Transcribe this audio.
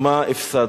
מה הפסדנו?